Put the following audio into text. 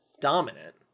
dominant